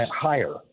higher